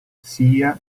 sia